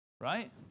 Right